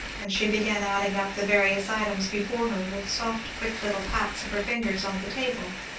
and she began adding up the various items before her with soft, quick little pats of her fingers on the table.